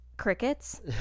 crickets